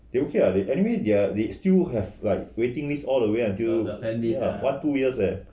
they ok ah anyway they they still have like waiting list all the way until ya one two years eh